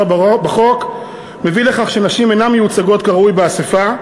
בחוק מביא לכך שנשים אינן מיוצגות כראוי באספה,